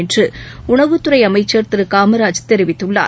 என்று உணவுத் துறை அமைச்சர் திரு காமராஜ் தெரிவித்துள்ளார்